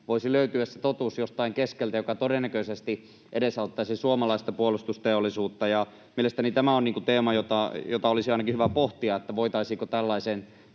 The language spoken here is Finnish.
voisi löytyä jostain keskeltä, mikä todennäköisesti edesauttaisi suomalaista puolustusteollisuutta. Mielestäni tämä on teema, jota olisi ainakin hyvä pohtia, voitaisiinko tällaiseen